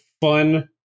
fun